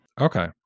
Okay